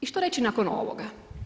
I što reći nakon ovoga?